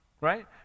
right